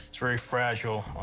it's very fragile,